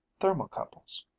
thermocouples